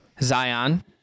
Zion